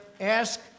Ask